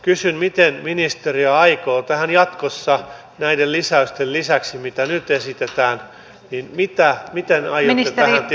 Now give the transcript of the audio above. kysyn miten ministeriö aikoo tähän tilanteeseen jatkossa näiden lisäysten lisäksi mitä nyt esitetään puuttua